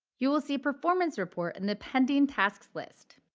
you will see performance report in the pending task list.